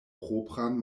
propran